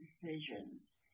decisions